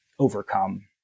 overcome